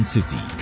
City